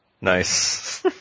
Nice